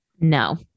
No